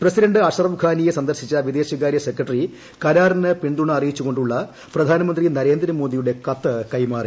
president Ashraf ഖാനിയെ സന്ദർശിച്ച വിദേശകാരൃ സെക്രട്ടറി കരാറിന്റ് പിന്തുണ അറിയിച്ചു കൊണ്ടുളള പ്രധാനമന്ത്രി നരേന്ദ്രമോദിയുടെ ക്ത്ത് കൈമാറി